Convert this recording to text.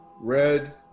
Red